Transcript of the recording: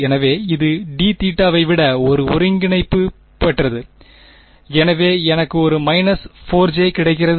எனவே இது d தீட்டாவை விட ஒரு ஒருங்கிணைப்பு போன்றது எனவே எனக்கு ஒரு 4 ஜே கிடைக்கிறது